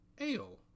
Ale